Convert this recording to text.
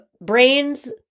brains